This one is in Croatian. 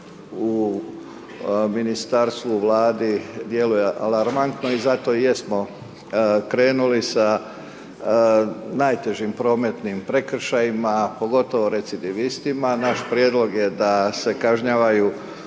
u ministarstvo, vladi djeluje alarmantno, i zato i jesmo krenuli sa najtežim prometnim prekršajima, pogotovo recidivistima. Naš prijedlog je da se kažnjavaju